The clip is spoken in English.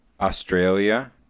Australia